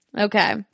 Okay